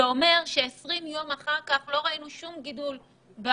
זה אומר ש-20 יום אחר כך לא ראינו שום גידול בתחלואה,